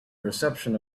reception